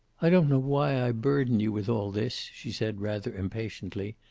i don't know why i burden you with all this, she said, rather impatiently.